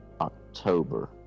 October